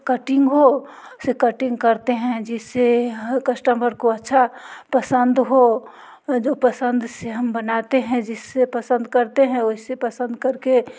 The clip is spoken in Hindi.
कटिंग हो से कटिंग करते हैं जिससे कश्टमर को अच्छा पसंद हो जो पसंद से हम बनाते हैं जिसे पसंद करते हैं वैसे पसंद कर के